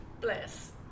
Bless